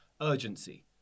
urgency